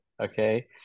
Okay